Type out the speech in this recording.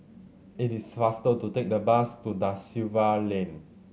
it is faster to take the bus to Da Silva Lane